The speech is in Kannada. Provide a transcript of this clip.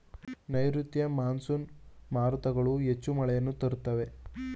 ನೈರುತ್ಯ ಮಾನ್ಸೂನ್ ಮಾರುತಗಳು ಹೆಚ್ಚು ಮಳೆಯನ್ನು ತರುತ್ತವೆ